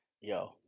Yo